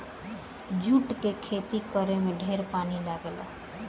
जुट के खेती करे में ढेरे पानी लागेला